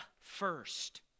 first